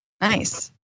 Nice